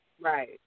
Right